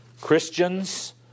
Christians